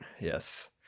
yes